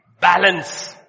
Balance